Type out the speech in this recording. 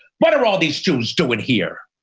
what are all these jews doing here?